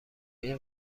این